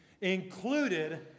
included